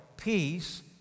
peace